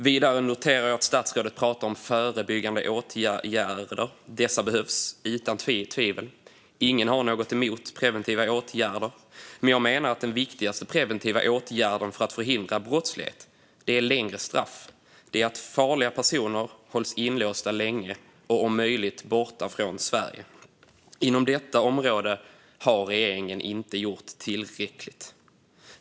Vidare noterar jag att statsrådet pratar om förebyggande åtgärder. Dessa behövs utan tvivel. Ingen har något emot preventiva åtgärder, men jag menar att den viktigaste åtgärden för att förhindra brottslighet är längre straff. Det är att farliga personer hålls inlåsta länge och om möjligt borta från Sverige. Inom detta område har regeringen inte gjort tillräckligt.